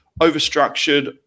over-structured